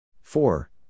Four